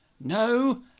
No